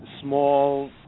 small